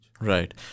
right